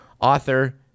author